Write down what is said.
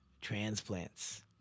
transplants